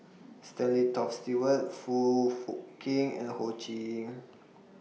Stanley Toft Stewart Foong Fook Kay and Ho Ching